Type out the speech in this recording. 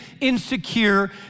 insecure